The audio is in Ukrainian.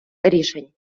рішень